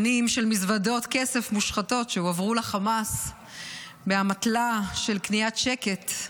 שנים של מזוודות כסף מושחתות שהועברו לחמאס באמתלה של קניית שקט,